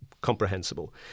comprehensible